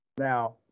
Now